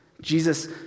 Jesus